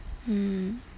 mm